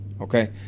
Okay